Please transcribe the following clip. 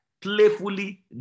Playfully